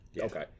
Okay